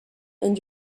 and